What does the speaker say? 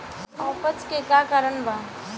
अपच के का कारण बा?